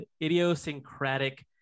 idiosyncratic